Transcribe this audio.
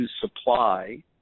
supply